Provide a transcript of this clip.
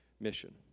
mission